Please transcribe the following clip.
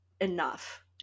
enough